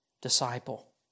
disciple